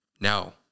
Now